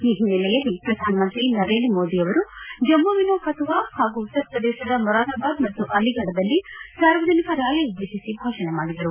ಈ ಹಿನ್ನೆಲೆಯಲ್ಲಿ ಪ್ರಧಾನಮಂತ್ರಿ ನರೇಂದ್ರ ಮೋದಿ ಅವರು ಜಮ್ನುವಿನ ಕಥುವಾ ಹಾಗೂ ಉತ್ತರ ಪ್ರದೇಶದ ಮೊರಾದಾಬಾದ್ ಮತ್ತು ಅಲೀಗಢದಲ್ಲಿ ಸಾರ್ವಜನಿಕ ರ್ನಾಲಿ ಉದ್ಲೇಶಿಸಿ ಭಾಷಣ ಮಾಡಿದರು